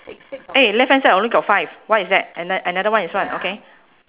eh left hand side only got five why is that an~ another is what okay